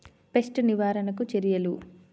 Pest నివారణకు చర్యలు?